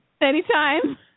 Anytime